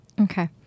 Okay